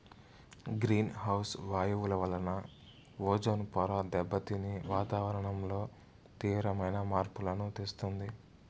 green house వాయువుల వలన ozone పొర దెబ్బతిని వాతావరణంలో తీవ్రమైన మార్పులను తెస్తుంది